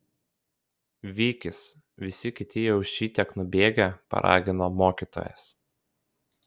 vykis visi kiti jau šitiek nubėgę paragino mokytojas